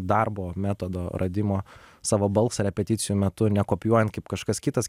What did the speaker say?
darbo metodo radimo savo balsą repeticijų metu nekopijuojant kaip kažkas kitas